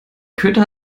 köter